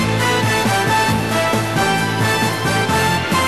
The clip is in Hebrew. כבוד השר בגין וראשי הוועדות,